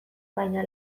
baina